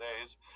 days